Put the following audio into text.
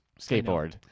skateboard